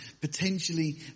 potentially